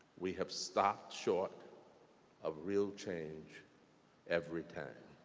we have stopped short of real change every time.